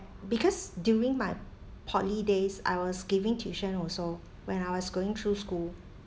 because during my holidays I was giving tuition also when I was going through school